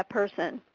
ah person.